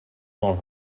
molt